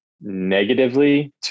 negatively